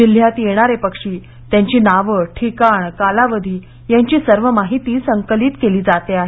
जिल्ह्यात येणारे पक्षी त्यांची नावं ठिकाण कालावधी यांची सर्व माहिती संकलित केली जात आहे